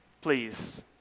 please